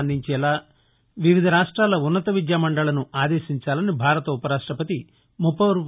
అందించేలా వివిధ రాష్ట్రాల ఉన్నత విద్యామండళ్లను ఆదేశించాలని భారత ఉపరాష్టపతి ఎం